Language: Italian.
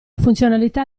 funzionalità